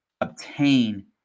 Obtain